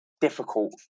difficult